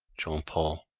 jean paul